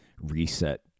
reset